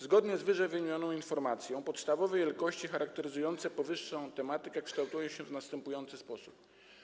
Zgodnie z ww. informacją podstawowe wielkości charakteryzujące powyższą tematykę kształtują się w następujący sposób.